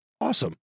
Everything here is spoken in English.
Awesome